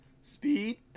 speed